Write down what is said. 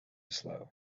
slow